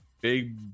big